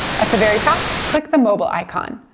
at the very top, click the mobile icon.